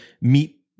meet